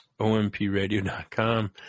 OMPRadio.com